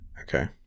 Okay